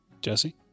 Jesse